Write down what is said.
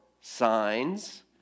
signs